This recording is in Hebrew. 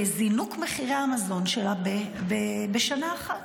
בזינוק במחירי המזון שלה בשנה אחת.